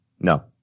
No